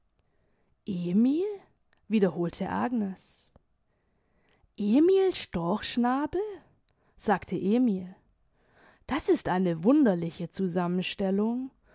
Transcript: emil wiederholte agnes emil storchschnabel sagte emil das ist eine wunderliche zusammenstellung